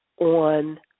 on